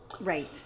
Right